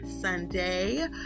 Sunday